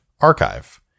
archive